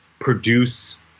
produce